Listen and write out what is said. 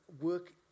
work